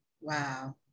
Wow